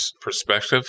perspective